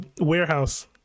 warehouse